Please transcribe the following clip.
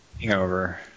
Hangover